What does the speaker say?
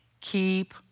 keep